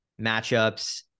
matchups